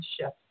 shift